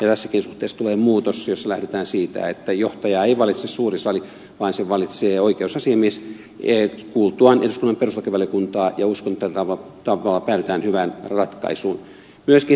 ja tässäkin suhteessa tulee muutos jossa lähdetään siitä että johtajaa ei valitse suuri sali vaan sen valitsee oikeusasiamies kuultuaan eduskunnan perustuslakivaliokuntaa ja uskon että tällä tavalla päädytään hyvään ratkaisuun